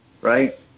right